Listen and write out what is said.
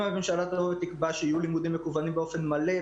אם הממשלה תבוא ותקבע שיהיו לימודים מקוונים באופן מלא,